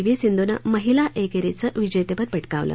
V सिंधूनं महिला एकेरीचं विजेतेपद पटकावलं